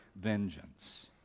vengeance